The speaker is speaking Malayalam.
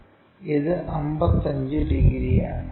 ഇത് 55 ഡിഗ്രിയാണ്